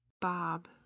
Bob